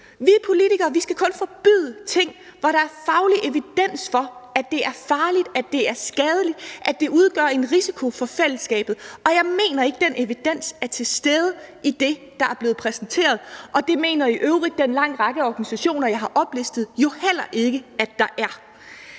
Vi politikere skal kun forbyde ting, hvor der er faglig evidens for, at det er farligt, at det er skadeligt, at det udgør en risiko for fællesskabet, og jeg mener ikke, at den evidens er til stede i det, der er blevet præsenteret, og det mener den lange række af organisationer, jeg har oplistet, jo i øvrigt heller ikke at der er.